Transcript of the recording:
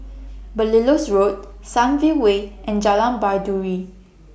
Belilios Road Sunview Way and Jalan Baiduri